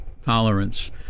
tolerance